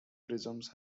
prisms